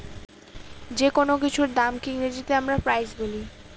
যেকোনো কিছুর দামকে ইংরেজিতে আমরা প্রাইস বলি